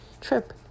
trip